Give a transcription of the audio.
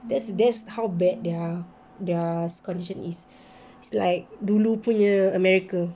that's that's how bad their their condition is it's like dulu punya america